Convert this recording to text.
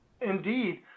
indeed